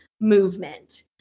movement